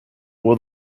will